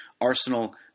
Arsenal